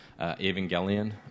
Evangelion